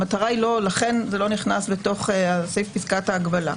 המטרה היא לא לכן זה לא נכנס לתוך סעיף פסקת ההגבלה.